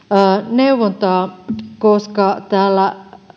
neuvontaa koska täällä